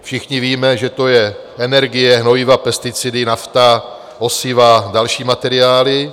Všichni víme, že to je energie, hnojiva, pesticidy, nafta, osiva a další materiály.